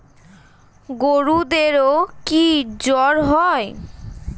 গরুদেরও কি জ্বর হয়?